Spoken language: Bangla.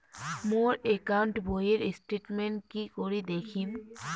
মোর একাউন্ট বইয়ের স্টেটমেন্ট কি করি দেখিম?